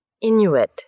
Inuit